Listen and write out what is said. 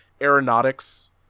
Aeronautics